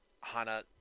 Hana